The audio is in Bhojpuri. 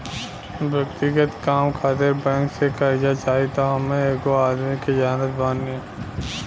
व्यक्तिगत काम खातिर बैंक से कार्जा चाही त हम एगो आदमी के जानत बानी